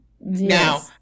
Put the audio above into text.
Now